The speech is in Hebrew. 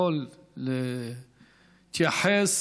יכול להתייחס